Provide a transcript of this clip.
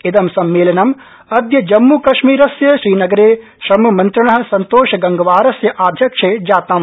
इदं सम्मेलनं अद्य जम्मूकश्मीरस्य श्रीनगरे श्रममन्द्रिण सन्तोष गंगवारस्य आध्यक्ष्ये जातम्